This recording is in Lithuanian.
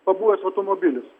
pabuvęs automobilis